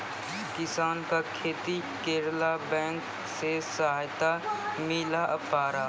किसान का खेती करेला बैंक से सहायता मिला पारा?